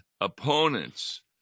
opponents